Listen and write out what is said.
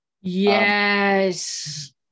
Yes